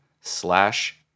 slash